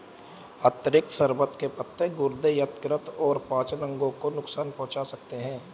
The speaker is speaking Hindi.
अतिरिक्त शर्बत के पत्ते गुर्दे, यकृत और पाचन अंगों को नुकसान पहुंचा सकते हैं